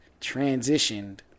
transitioned